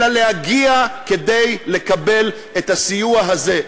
להגיע כדי לקבל את הסיוע הזה.